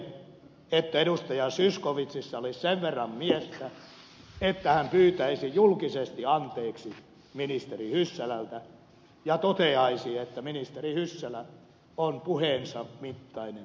zyskowiczissa olisi sen verran miestä että hän pyytäisi julkisesti anteeksi ministeri hyssälältä ja toteaisi että ministeri hyssälä on puheensa mittainen ministeri